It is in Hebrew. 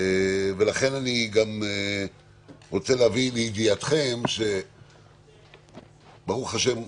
ולכן אני גם רוצה להביא לידיעתכם שברוך השם,